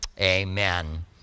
amen